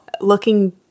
looking